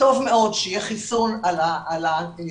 טוב מאוד שיהיה חיסון על המדף.